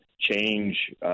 change